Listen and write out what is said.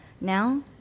Now